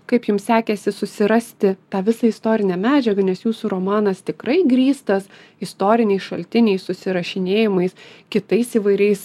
kaip jum sekėsi susirasti tą visą istorinę medžiagą nes jūsų romanas tikrai grįstas istoriniais šaltiniais susirašinėjimais kitais įvairiais